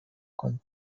کنید